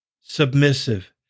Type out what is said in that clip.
submissive